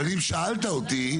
אבל אם שאלת אותי,